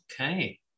Okay